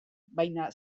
baina